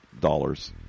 dollars